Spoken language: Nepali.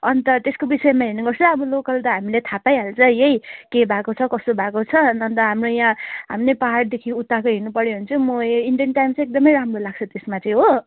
अन्त त्यसको विषयमा हेर्ने गर्छु अब लोकल त हामीले थाहा पाइहाल्छ यही के भएको छ कसो भएको छ अन्त हाम्रो यहाँ हाम्रै पहाडदेखि उताको हेर्नु पऱ्यो भने चाहिँ म यही इन्डियन टाइम्स चाहिँ एकदमै राम्रो लाग्छ त्यसमा चाहिँ हो